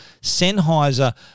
Sennheiser